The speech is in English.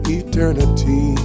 eternity